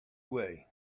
way